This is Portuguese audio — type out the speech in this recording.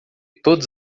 todas